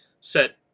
set